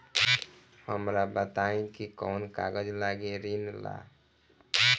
हमरा बताई कि कौन कागज लागी ऋण ला?